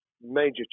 major